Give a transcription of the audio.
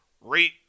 rate